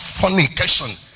fornication